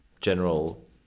general